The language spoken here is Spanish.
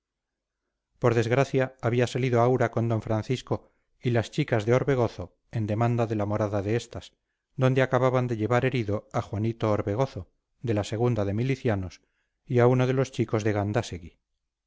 por desgracia había salido aura con d francisco y las chicas de orbegozo en demanda de la morada de estas donde acababan de llevar herido a juanito orbegozo de la a de milicianos y a uno de los chicos de